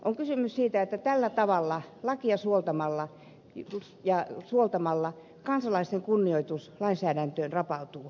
on kysymys siitä että tällä tavalla lakeja suoltamalla kansalaisten kunnioitus lainsäädäntöön rapautuu